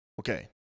Okay